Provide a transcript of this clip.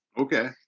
Okay